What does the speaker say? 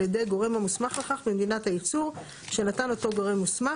ידי גורם המוסמך לכך במדינת הייצור שנתן אותו גורם מוסמך.